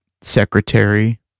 secretary